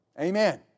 Amen